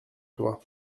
toi